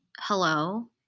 hello